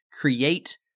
create